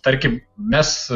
tarkim mes